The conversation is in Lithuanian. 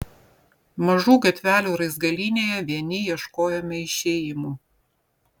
mažų gatvelių raizgalynėje vieni ieškojome išėjimo